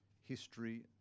history